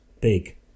big